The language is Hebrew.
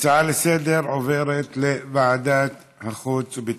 ההצעה לסדר-היום עוברת לוועדת החוץ והביטחון.